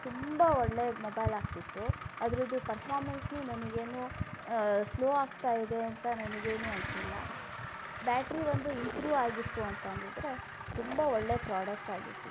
ತುಂಬ ಒಳ್ಳೆಯ ಮೊಬೈಲ್ ಆಗ್ತಿತ್ತು ಅದ್ರದ್ದು ಪರ್ಫಾರ್ಮೆನ್ಸ್ ನನಗೇನೂ ಸ್ಲೋ ಆಗ್ತಾ ಇದೆ ಅಂತ ನನಗೇನೂ ಅನ್ಸಿಲ್ಲ ಬ್ಯಾಟ್ರಿ ಒಂದು ಇಂಪ್ರೂವ್ ಆಗಿತ್ತು ಅಂತ ಅಂದಿದ್ದರೆ ತುಂಬ ಒಳ್ಳೆಯ ಪ್ರಾಡಕ್ಟ್ ಆಗಿರ್ತಿತ್ತು ಅದು